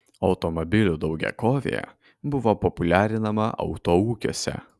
automobilių daugiakovė buvo populiarinama autoūkiuose